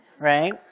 Right